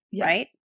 right